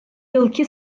yılki